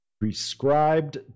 Prescribed